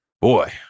boy